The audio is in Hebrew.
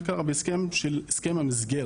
מה קרה בהסכם המסגרת,